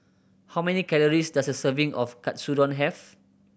how many calories does a serving of Katsudon have